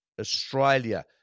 Australia